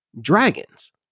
dragons